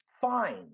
Fine